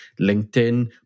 LinkedIn